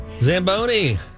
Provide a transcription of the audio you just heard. Zamboni